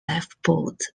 lifeboat